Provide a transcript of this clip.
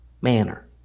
manner